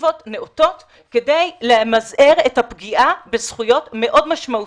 אלטרנטיבות נאותות כדי למזער את הפגיעה בזכויות מאוד משמעותיות.